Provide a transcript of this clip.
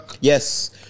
Yes